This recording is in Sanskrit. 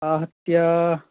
आहत्य